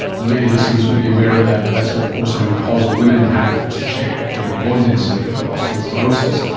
many listeners would be aware of that, but that's what postmenopausal women have to check for their bone density, if they've got osteoporosis.